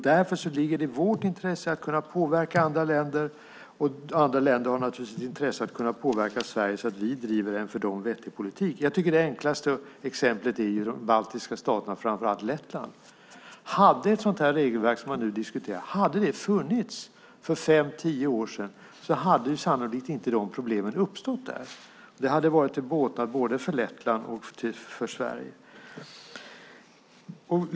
Därför ligger det i vårt intresse att kunna påverka andra länder, och andra länder har naturligtvis ett intresse av att kunna påverka Sverige så att vi driver en för dem vettig politik. Jag tycker att det enklaste exemplet är de baltiska staterna, och då framför allt Lettland. Hade ett sådant regelverk som man nu diskuterar funnits för fem tio år sedan hade sannolikt de stora problemen där inte uppstått. Det hade varit till båtnad både för Lettland och för Sverige.